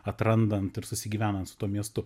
atrandant ir susigyvenant su tuo miestu